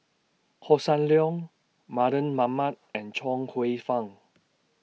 Hossan Leong Mardan Mamat and Chuang Hsueh Fang